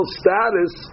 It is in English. status